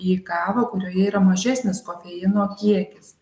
į kavą kurioje yra mažesnis kofeino kiekis